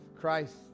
Christ